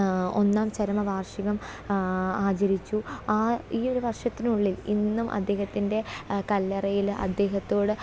ഒന്നാം ചരമ വാർഷികം ആചരിച്ചു ഈ ഒരു വർഷത്തിനുള്ളിൽ ഇന്നും അദ്ദേഹത്തിന്റെ കല്ലറയിൽ അദ്ദേഹത്തോട്